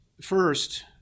first